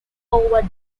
over